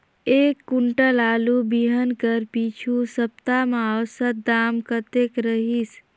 एक कुंटल आलू बिहान कर पिछू सप्ता म औसत दाम कतेक रहिस?